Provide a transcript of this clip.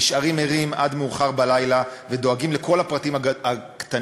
נשארים ערים עד מאוחר בלילה ודואגים לכל הפרטים הקטנים,